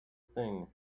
thing